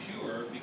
pure